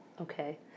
Okay